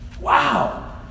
Wow